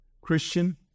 Christian